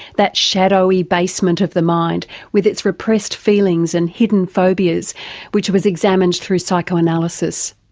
that shadowy basement of the mind with its repressed feelings and hidden phobias which was examined through psychoanalysis.